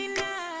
now